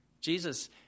Jesus